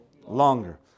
longer